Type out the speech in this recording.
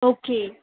okay